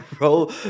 roll